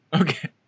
Okay